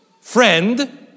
friend